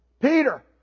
Peter